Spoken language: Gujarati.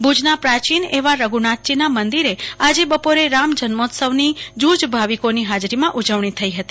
ભુજના પ્રાચીન એવા રધુનાથજીના મંદિરે આજે બપોરે રામ જન્મોત્સવની જુજ ભાવિકોની હાજરીમાં ઉજવણી થઇ હતી